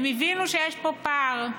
הם הבינו שיש פה פער,